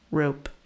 rope